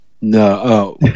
No